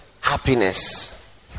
happiness